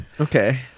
Okay